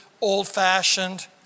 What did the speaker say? old-fashioned